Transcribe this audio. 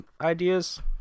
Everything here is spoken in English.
ideas